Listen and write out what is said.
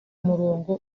umurongo